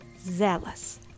Zealous